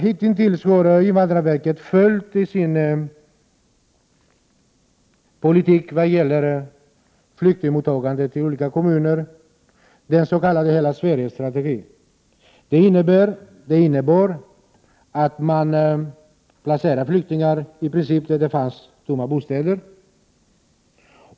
Hitintills har invandrarverket i sin politik vad gäller flyktingmottagande följt den s.k. hela-Sverige-strategin, som innebär att man placerar flyktingar i princip där det finns tomma bostäder.